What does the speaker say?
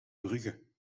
bruggen